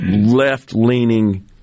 left-leaning